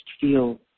feel